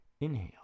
inhale